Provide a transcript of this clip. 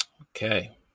Okay